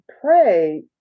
pray